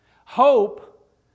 Hope